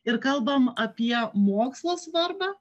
ir kalbam apie mokslo svarbą